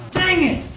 dang it